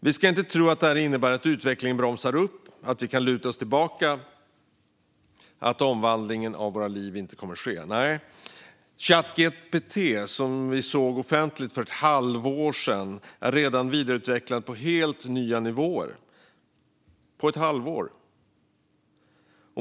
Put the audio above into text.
Vi ska inte tro att detta innebär att utvecklingen bromsas upp, att vi kan luta oss tillbaka och att omvandlingen av våra liv inte kommer att ske. Nej, Chat GPT, som kom för bara ett halvår sedan, har redan vidareutvecklats till nya nivåer.